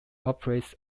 operates